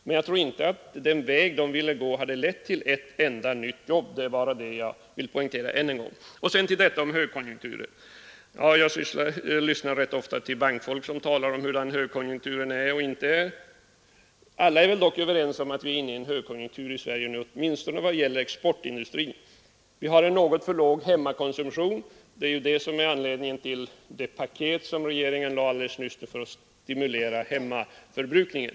Men jag tror inte att den väg centern ville gå hade lett till ett enda nytt jobb, och jag vill poängtera detta än en gång. Sedan vill jag beröra frågan om högkonjunkturen. Jag lyssnar rätt ofta till bankfolk som talar om hurdan högkonjunkturen är eller inte är. Alla är väl överens om att vi nu är inne i en högkonjunktur i Sverige, åtminstone vad det gäller exportindustrin. Vi har en något för låg hemmakonsumtion, och det är anledningen till det paket som regeringen lade fram nyligen för att stimulera hemmaförbrukningen.